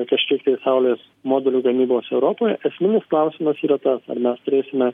kažkiek tai saulės modulių gamybos europoje esminis klausimas yra tas ar mes turėsime